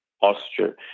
posture